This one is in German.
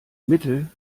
mittel